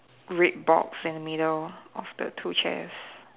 red box in the middle of the two chairs